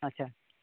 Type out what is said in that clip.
ᱟᱪᱪᱷᱟ